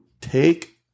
take